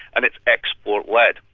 and it's export-led. well,